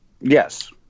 Yes